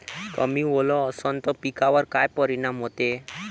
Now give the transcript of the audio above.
कमी ओल असनं त पिकावर काय परिनाम होते?